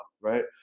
right